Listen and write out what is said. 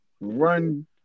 Run